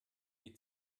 die